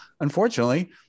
unfortunately